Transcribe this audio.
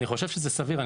אני חושב שזה סביר.